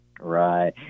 Right